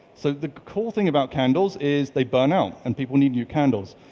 so the cool thing about candles is they burn out and people need new candles.